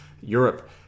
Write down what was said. Europe